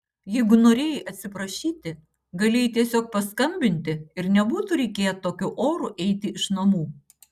jeigu norėjai atsiprašyti galėjai tiesiog paskambinti ir nebūtų reikėję tokiu oru eiti iš namų